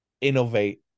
innovate